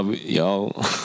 y'all